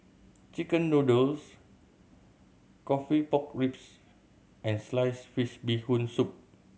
chicken noodles coffee pork ribs and sliced fish Bee Hoon Soup